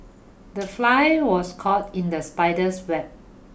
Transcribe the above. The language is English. the fly was caught in the spider's web